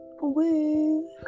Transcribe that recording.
Woo